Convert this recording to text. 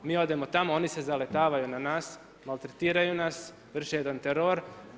Mi odemo tamo, oni se zaletavaju na nas, maltretiraju nas, vrše jedan teror.